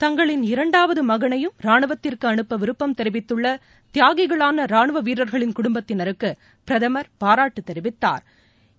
தங்களின் இரண்டாவது மகனையும் ரானுவத்திற்கு அனுப்ப விருப்பம் தெரிவித்துள்ள தியாகிகளான ராணுவ வீரர்களின் குடும்பத்தினருக்கு பிரதமர் பாராட்டு தெரிவித்தாா்